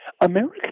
America